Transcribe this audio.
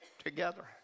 Together